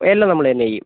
എല്ലാം നമ്മളന്നെ ചെയ്യും